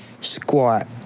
squat